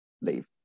leave